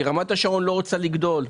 רמת השרון לא רוצה לגדול.